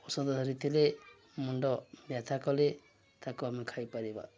ଔଷଧ ଧରିଥିଲେ ମୁଣ୍ଡ ବ୍ୟଥା କଲେ ତାକୁ ଆମେ ଖାଇପାରିବା